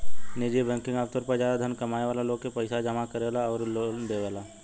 निजी बैंकिंग आमतौर पर ज्यादा धन कमाए वाला लोग के पईसा जामा करेला अउरी लोन देवेला